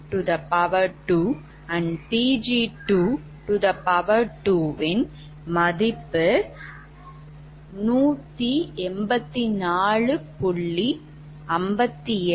334 MW மற்றும் Pg1Pg2 வின் மதிப்பு 184